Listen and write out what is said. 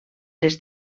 les